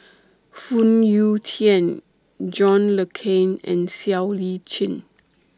Phoon Yew Tien John Le Cain and Siow Lee Chin